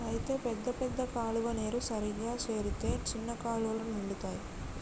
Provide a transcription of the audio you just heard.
అయితే పెద్ద పెద్ద కాలువ నీరు సరిగా చేరితే చిన్న కాలువలు నిండుతాయి